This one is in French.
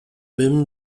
même